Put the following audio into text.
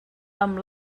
amb